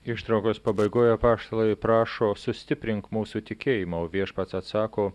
ištraukos pabaigoj apaštalai prašo sustiprink mūsų tikėjimą o viešpats atsako